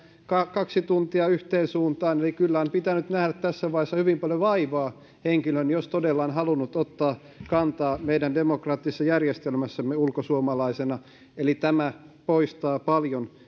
kaksi tuntia yhteen suuntaan eli kyllä henkilön on pitänyt nähdä tässä vaiheessa hyvin paljon vaivaa jos todella on halunnut ottaa kantaa meidän demokraattisessa järjestelmässämme ulkosuomalaisena eli tämä poistaa paljon